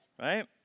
right